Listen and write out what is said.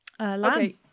okay